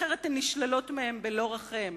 אחרת הן נשללות מהם בלא רחם.